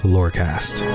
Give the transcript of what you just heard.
Lorecast